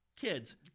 Kids